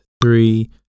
three